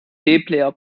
player